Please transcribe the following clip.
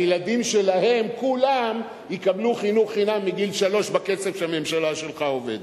הילדים שלהם כולם יקבלו חינוך חינם מגיל שלוש בקצב שהממשלה שלך עובדת.